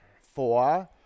Four